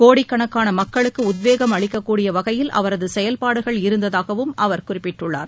கோடிக்கணக்கான மக்களுக்கு உத்வேகம் அளிக்கக்கூடிய வகையில் அவரது செயல்பாடுகள் இருந்ததாகவும் அவர் குறிப்பிட்டுள்ளார்